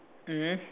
mm